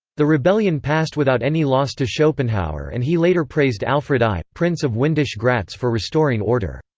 the rebellion passed without any loss to schopenhauer and he later praised alfred i, prince of windisch-gratz for restoring order.